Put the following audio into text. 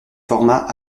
format